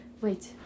Wait